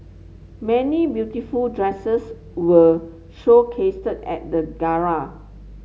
many beautiful dresses were showcased at the gala